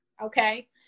Okay